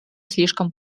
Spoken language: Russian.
слишком